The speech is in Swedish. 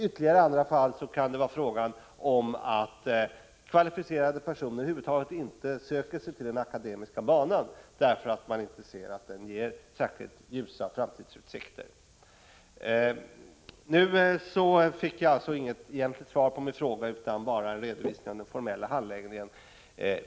Dessutom kan det vara så att kvalificerade personer över huvud taget inte söker sig till den akademiska banan därför att den inte ser ut att ge särskilt ljusa framtidsutsikter. Jag fick alltså inget egentligt svar på min fråga utan bara en redovisning av den formella handläggningen.